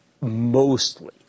mostly